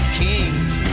kings